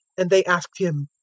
and they asked him,